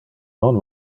non